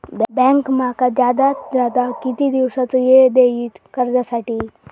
Bank माका जादात जादा किती दिवसाचो येळ देयीत कर्जासाठी?